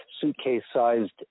suitcase-sized